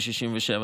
ב-1967,